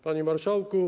Panie Marszałku!